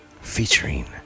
featuring